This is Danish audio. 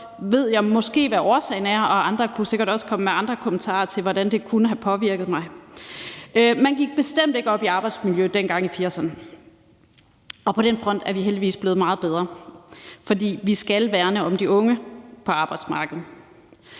ved jeg måske, hvad årsagen er. Andre kunne sikkert også komme med andre kommentarer til, hvordan det kunne have påvirket mig. Man gik bestemt ikke op i arbejdsmiljø dengang i 1980'erne. På den front er vi heldigvis blevet meget bedre, for vi skal værne om de unge på arbejdsmarkedet.